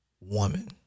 woman